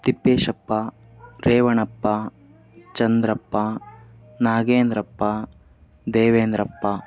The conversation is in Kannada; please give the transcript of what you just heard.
ತಿಪ್ಪೇಶಪ್ಪ ರೇವಣಪ್ಪ ಚಂದ್ರಪ್ಪ ನಾಗೇಂದ್ರಪ್ಪ ದೇವೇಂದ್ರಪ್ಪ